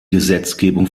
gesetzgebung